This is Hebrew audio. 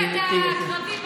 הרמת לי להנחתה.